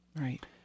Right